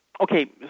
Okay